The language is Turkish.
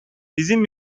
bizim